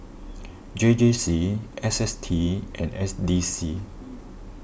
J J C S S T and S D C